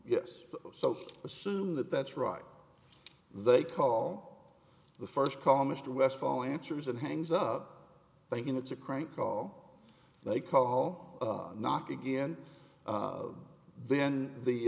yes so assume that that's right they call the first call mr westfall answers and hangs up thinking it's a crank call they call knock again then the